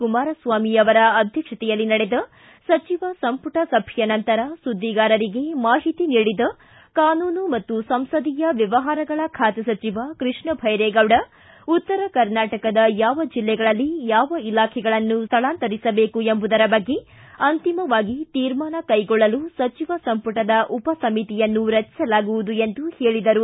ಕುಮಾರಸ್ನಾಮಿ ಅವರ ಅಧ್ಯಕ್ಷತೆಯಲ್ಲಿ ನಡೆದ ಸಚಿವ ಸಂಪುಟ ಸಭೆಯ ನಂತರ ಸುದ್ಗಿಗಾರರಿಗೆ ಮಾಹಿತಿ ನೀಡಿದ ಕಾನೂನು ಮತ್ತು ಸಂಸದೀಯ ವ್ಯವಹಾರಗಳ ಖಾತೆ ಸಚಿವ ಕೃಷ್ಣಭೈರೆಗೌಡ ಉತ್ತರ ಕರ್ನಾಟಕದ ಯಾವ ಜಿಲ್ಲೆಗಳಲ್ಲಿ ಯಾವ ಇಲಾಖೆಗಳನ್ನು ಸ್ವಳಾಂತರಿಸಬೇಕು ಎಂಬುದರ ಬಗ್ಗೆ ಅಂತಿಮವಾಗಿ ತೀರ್ಮಾನ ಕೈಗೊಳ್ಳಲು ಸಚಿವ ಸಂಪುಟದ ಉಪ ಸಮಿತಿಯನ್ನು ರಚಿಸಲಾಗುವುದು ಎಂದು ಹೇಳಿದರು